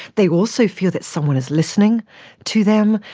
they also feel that someone is listening to them,